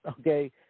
okay